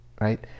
right